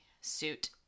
suit